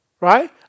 Right